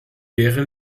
wäre